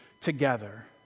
together